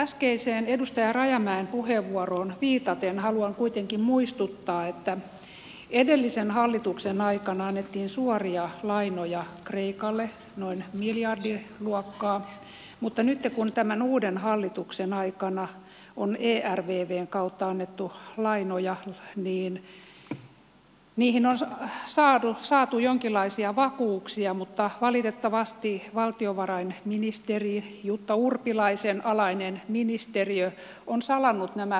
äskeiseen edustaja rajamäen puheenvuoroon viitaten haluan kuitenkin muistuttaa että edellisen hallituksen aikana annettiin suoria lainoja kreikalle noin miljardinluokkaa mutta nytten kun tämän uuden hallituksen aikana on ervvn kautta annettu lainoja niihin on saatu jonkinlaisia vakuuksia mutta valitettavasti valtiovarainministeri jutta urpilaisen alainen ministeriö on salannut nämä vakuudet